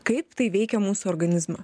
kaip tai veikia mūsų organizmą